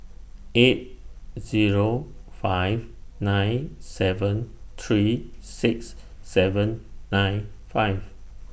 eight Zero five nine seven three six seven nine five